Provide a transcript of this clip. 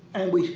and we.